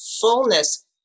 fullness